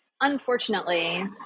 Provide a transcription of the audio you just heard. Unfortunately